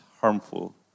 harmful